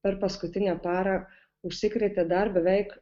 per paskutinę parą užsikrėtė dar beveik